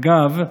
אגב,